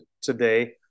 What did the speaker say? today